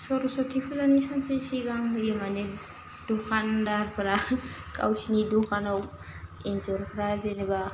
सरस्वती फुजानि सानसे सिगां होयो माने दखान्डारफोरा गावसिनि दखानाव एन्जरफ्रा जेनेबा